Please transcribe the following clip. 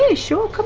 and sure, come